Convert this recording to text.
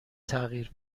تغییر